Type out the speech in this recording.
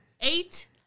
Eight